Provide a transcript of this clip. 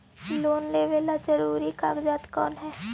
Loan लेब ला जरूरी कागजात कोन है?